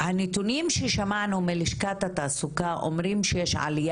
הנתונים ששמענו מלשכת התעסוקה אומרים שיש עליה